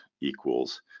equals